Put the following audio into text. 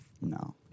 No